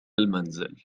المنزل